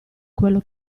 quello